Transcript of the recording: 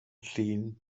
llun